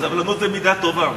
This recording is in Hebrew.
סבלנות זה מידה טובה.